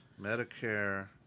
Medicare